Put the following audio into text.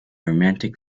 romantic